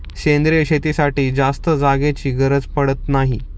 सेंद्रिय शेतीसाठी जास्त जागेची गरज पडत नाही